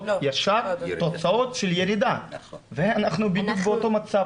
ישר תוצאות של ירידה ואנחנו באותו מצב,